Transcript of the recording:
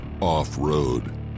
off-road